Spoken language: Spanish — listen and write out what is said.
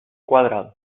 cuadrado